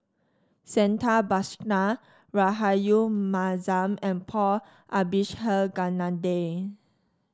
Santha Bhaskar Rahayu Mahzam and Paul Abisheganaden